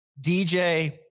DJ